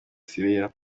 siriya